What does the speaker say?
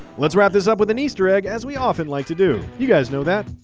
let's wrap this up with an easter egg as we often like to do. you guys know that,